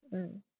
mm